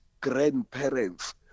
grandparents